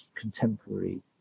contemporary